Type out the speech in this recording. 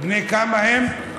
בני כמה הם?